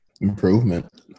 improvement